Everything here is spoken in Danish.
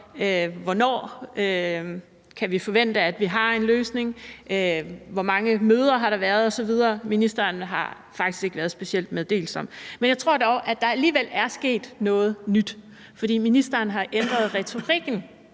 hvornår vi kan forvente, at vi har en løsning, hvor mange møder der har været osv. Ministeren har faktisk ikke været specielt meddelsom. Men jeg tror dog, at der alligevel er sket noget nyt, for ministeren har ændret retorikken